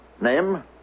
Name